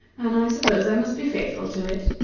and i suppose i must be faithful to it.